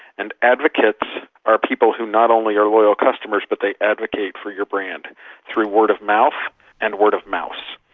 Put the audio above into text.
and advocates are people who not only are loyal customers but they advocate for your brand through word of mouth and word of mouse.